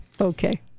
Okay